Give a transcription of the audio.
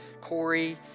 Corey